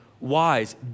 wise